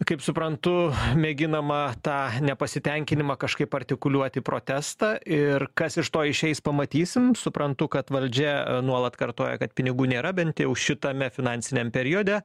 kaip suprantu mėginama tą nepasitenkinimą kažkaip artikuliuot į protestą ir kas iš to išeis pamatysim suprantu kad valdžia nuolat kartoja kad pinigų nėra bent jau šitame finansiniam periode